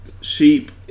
Sheep